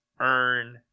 earn